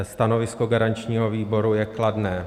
Stanovisko garančního výboru je kladné.